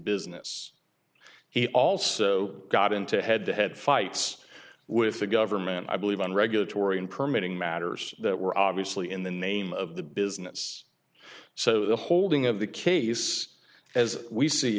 business he also got into head to head fights with the government i believe on regulatory and permitting matters that were obviously in the name of the business so the holding of the case as we see